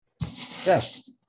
Yes